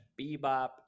bebop